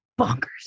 Bonkers